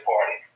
Party